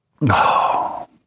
No